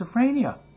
schizophrenia